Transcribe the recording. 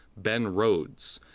ben rhodes,